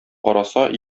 караса